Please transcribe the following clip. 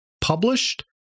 published